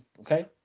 Okay